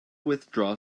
withdraw